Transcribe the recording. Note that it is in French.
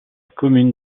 commune